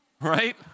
Right